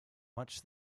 much